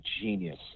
genius